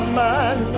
man